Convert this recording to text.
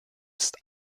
ist